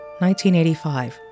1985